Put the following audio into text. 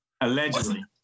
Allegedly